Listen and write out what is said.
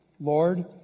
Lord